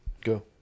Go